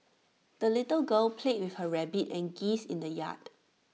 the little girl played with her rabbit and geese in the yard